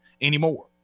anymore